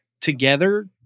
together